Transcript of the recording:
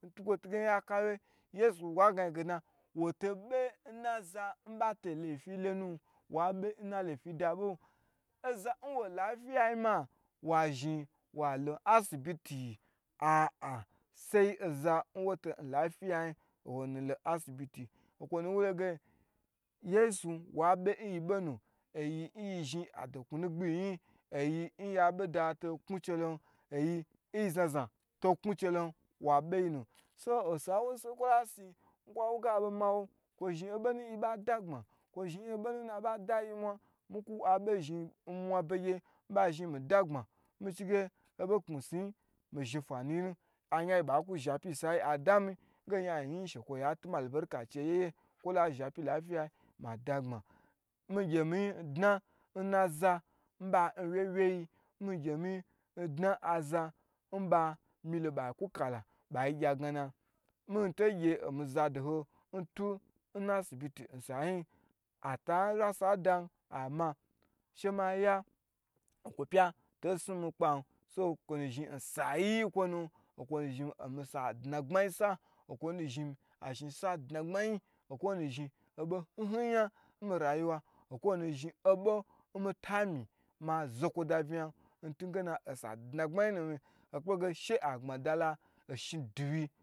Intukwo tu ge inhakwye yesu wa gna yi ge na wo to bye in aza ba to laifi lonu, wa bye in na laifi da bo nu, oza in wo in lafiyayi ma zhi walo asibiti ah ah sei oza in wo to in lafiyayin owonu lo asibiti, okwo nu wu loge yesi wa bye in yi boh nu oyi inyi zhi adoknunugbyiyi yin, oyi in ya boh da to knuchelo, oyi in ye zha zha to knu chelo wo bye in yi na, so osa inkwola si in kwo wu ge amawo, kwo zhin obonu in yi ba da gbma ko zhin oboh nu inabada yi mwa, miku abo zhi inmwa begye inkwo nu zhi miyi da gbma mi chi inge obo kmisnu yi mizhin fa yina ayan yi ku zhi apyi insa yiyi adam, nge ayan yin in shekwo yi atuma albalika in cheyi nyeye, kwola zhi apyi in lafiyayi madagbma miyi gye, mi gye mi yi dna in na za in ba wye wye yi lo, mi gye miyin in dna ina za in ba milo ba ku kala bai gye a gna na, miyi to gye omi zado ho ntu inasibit, atarasa da ama inkwo pya to snu mi lpan, so kwo nu zhin in sa yi kwo nu okwo nu zhin osa dna gbma yi sa, okwo nu zhi ashinta dna gbma yi, okwo nu zhin oboh hyi hyi yau in mi ra yi wa, okwo nu zhi obo in mita mi ma zo kwo da vna yan intu inge osa dna gbma yinu okpo inge she agbma da la oshin duwi